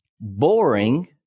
boring